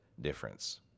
difference